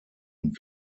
und